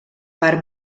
per